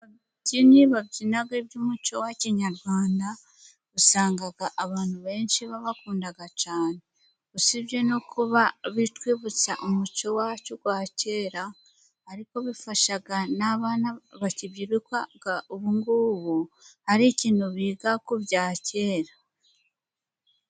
Ababyinnyi babyina iby'umuco wa kinyarwanda usanga abantu benshi babakunda cyane, usibye no kuba bitwibutsa umucyo wacu wa kera ariko bifasha n'abana bakibyiruka ubu ngubu, hari ikintu biga kubya kera.